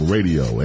Radio